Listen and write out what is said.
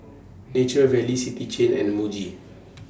Nature Valley City Chain and Muji